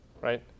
right